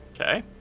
Okay